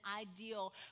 ideal